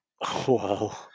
Wow